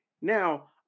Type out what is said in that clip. Now